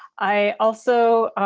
i also,